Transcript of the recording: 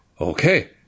Okay